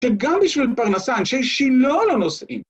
‫וגם בשביל פרנסה, ‫אנשי שילה לא נושאים.